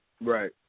Right